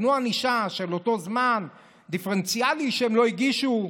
תנו ענישה לאותו זמן שהם לא הגישו,